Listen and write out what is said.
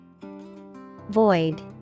Void